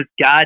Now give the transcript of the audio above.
God